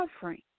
suffering